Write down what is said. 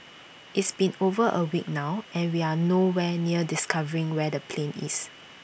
it's been over A week now and we are no where near discovering where the plane is